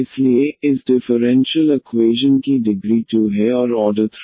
इसलिए इस differential equation की डिग्री 2 है और ऑर्डर 3 है